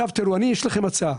יש לי הצעה.